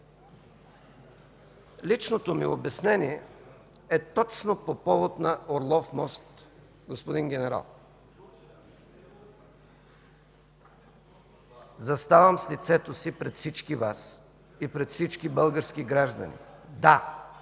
Личното ми обяснение е точно по повод на „Орлов мост”, господин генерал. Заставам с лицето си пред всички Вас и пред всички български граждани: да,